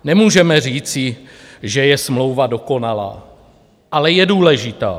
Nemůžeme říci, že je smlouva dokonalá, ale je důležitá.